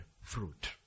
fruit